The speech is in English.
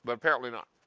but apparently not.